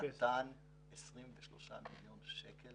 נתן 23 מיליון שקל